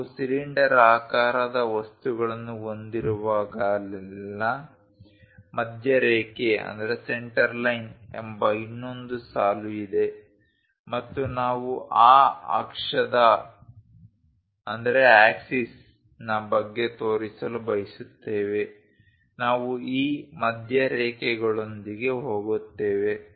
ನಾವು ಸಿಲಿಂಡರಾಕಾರದ ವಸ್ತುಗಳನ್ನು ಹೊಂದಿರುವಾಗಲೆಲ್ಲಾ ಮಧ್ಯರೇಖೆ ಎಂಬ ಇನ್ನೊಂದು ಸಾಲು ಇದೆ ಮತ್ತು ನಾವು ಆ ಅಕ್ಷದ ಬಗ್ಗೆ ತೋರಿಸಲು ಬಯಸುತ್ತೇವೆ ನಾವು ಈ ಮಧ್ಯರೇಖೆಗಳೊಂದಿಗೆ ಹೋಗುತ್ತೇವೆ